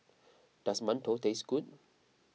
does Mantou taste good